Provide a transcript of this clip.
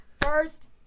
first